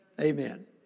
Amen